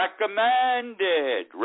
recommended